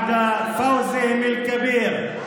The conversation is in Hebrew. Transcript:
מה זה משנה מה אני אומרת,